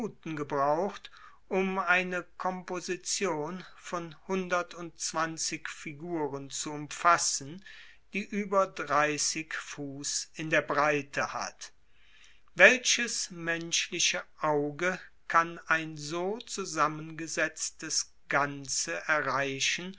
gebraucht um eine komposition von hundertundzwanzig figuren zu umfassen die über dreißig fuß in der breite hat welches menschliche auge kann ein so zusammengesetztes ganze erreichen